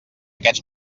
aquests